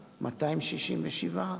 267,